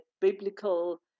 biblical